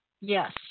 Yes